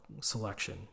selection